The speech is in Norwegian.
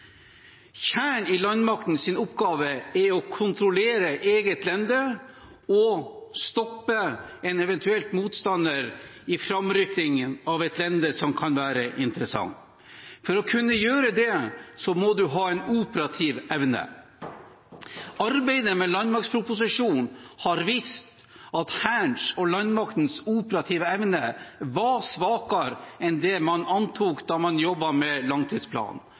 Kjernen i landmaktens oppgave er å kontrollere eget lende og stoppe en eventuell motstander i framrykkingen mot et lende som kan være interessant. For å kunne gjøre det må man ha en operativ evne. Arbeidet med landmaktproposisjonen har vist at Hærens og landmaktens operative evne var svakere enn det man antok da man jobbet med langtidsplanen.